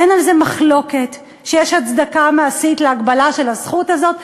אין מחלוקת שיש הצדקה מעשית להגבלה של הזכות הזאת,